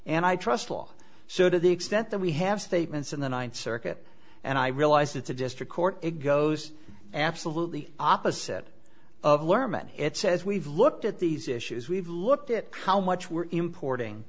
and i trust law so to the extent that we have statements in the ninth circuit and i realize it's a district court it goes absolutely opposite of learmonth it says we've looked at these issues we've looked at how much we're importing